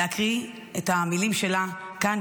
להקריא את המילים שלה כאן,